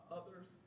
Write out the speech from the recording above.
others